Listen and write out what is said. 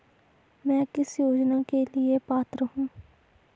मैं किस योजना के लिए पात्र हूँ?